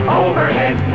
overhead